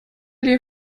dir